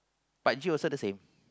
but actually also the same